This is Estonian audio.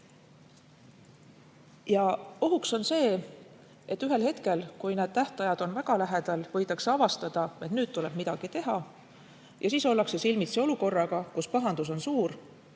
Ohuks on see, et ühel hetkel, kui need tähtajad on väga lähedal, võidakse avastada, et nüüd tuleb midagi teha. Siis ollakse aga silmitsi olukorraga, kus pahandus on suur,